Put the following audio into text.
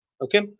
Okay